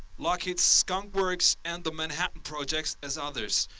lockheed's skunk works, and the manhattan projects as others.